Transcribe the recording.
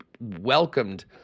welcomed